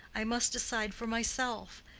i must decide for myself.